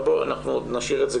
אנחנו נשאיר את זה